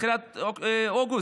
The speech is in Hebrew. בתחילת אוגוסט?